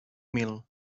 mil